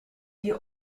die